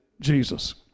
Jesus